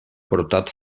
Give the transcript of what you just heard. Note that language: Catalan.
portat